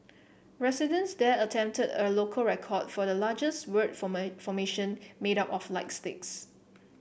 residents there attempted a local record for the largest word formation made up of light sticks